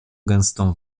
gęstą